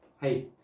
Hey